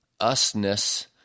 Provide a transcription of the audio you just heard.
usness